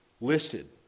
listed